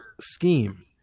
scheme